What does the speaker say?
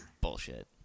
Bullshit